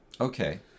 Okay